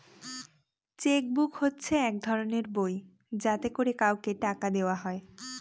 check book হচ্ছে এক ধরনের বই যাতে করে কাউকে টাকা দেওয়া হয়